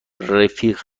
رفیق